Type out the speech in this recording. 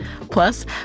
Plus